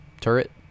turret